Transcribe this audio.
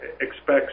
expects